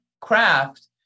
craft